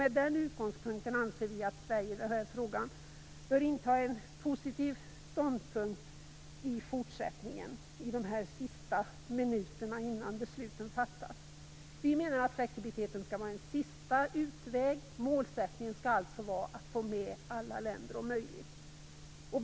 Med den utgångspunkten anser vi att Sverige i den här frågan bör inta en positiv ståndpunkt i fortsättningen under dessa sista minuter innan besluten fattas. Vi menar att flexibiliteten skall vara en sista utväg. Målsättningen skall alltså vara att om möjligt få med alla länder.